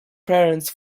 parents